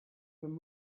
from